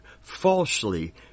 falsely